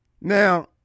Now